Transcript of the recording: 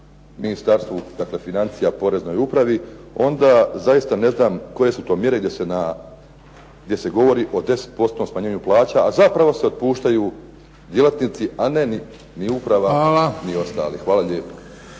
Ministarstvu financija, Poreznoj upravi, onda zaista ne znam koje su to mjere gdje se govori o 10%-om smanjenju plaća, a zapravo se otpuštaju djelatnici, a ne uprava ni ostali. Hvala lijepo.